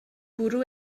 bwrw